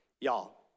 Y'all